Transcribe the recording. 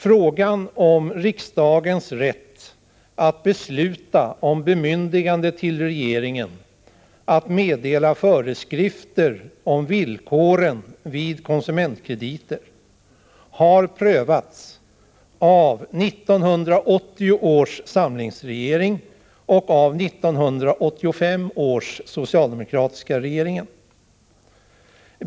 Frågan om riksdagens rätt att besluta om bemyndigande till regeringen att meddela föreskrifter om villkoren vid konsumentkrediter har prövats av 1980 års samlingsregering och 1985 års socialdemokratiska regering.